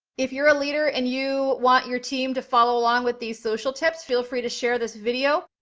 if you're a leader and you want your team to follow along with these social tips, feel free to share this video.